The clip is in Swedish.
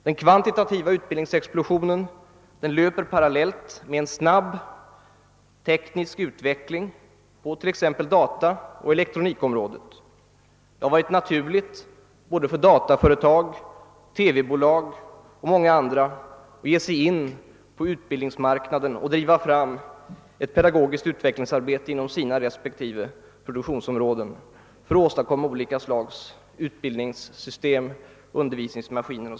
Den kvantitativa utbildningsexplosionen löper parallellt med en snabb teknisk utveckling på t.ex. dataoch elektronikområdet. Det har varit naturligt för dataföretag, för TV bolag och för många andra att ge sig in på utbildningsmarknaden och driva fram ett pedagogiskt utvecklingsarbete inom sina respektive produktionsområden för att åstadkomma olika slags utbildningssystem, undervisningsmaskiner O.